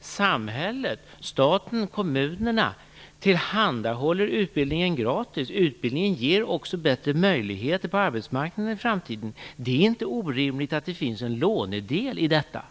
Samhället - staten och kommunerna - tillhandahåller utbildningen gratis. Utbildningen ger också bättre möjligheter på arbetsmarknaden i framtiden. Det är inte orimligt att det finns en lånedel i detta.